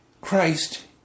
Christ